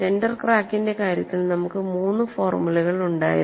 centre ക്രാക്കിന്റെ കാര്യത്തിൽ നമുക്ക് മൂന്ന് ഫോർമുലകൾ ഉണ്ടായിരുന്നു